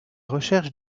recherche